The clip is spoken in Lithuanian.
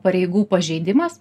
pareigų pažeidimas